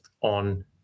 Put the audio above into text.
on